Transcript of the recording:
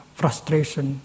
frustration